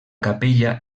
capella